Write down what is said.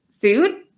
food